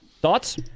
Thoughts